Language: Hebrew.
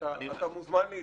אתה מוזמן להתערב.